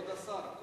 כבוד השר,